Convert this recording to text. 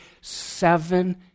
seven